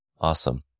Awesome